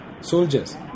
Soldiers